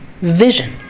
vision